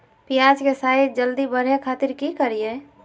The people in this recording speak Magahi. प्याज के साइज जल्दी बड़े खातिर की करियय?